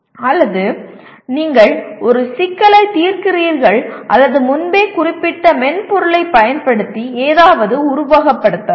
அல்லது நீங்கள் ஒரு சிக்கலைத் தீர்க்கிறீர்கள் அல்லது முன்பே குறிப்பிட்ட மென்பொருளைப் பயன்படுத்தி எதையாவது உருவகப்படுத்தலாம்